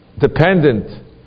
dependent